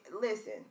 listen